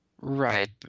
Right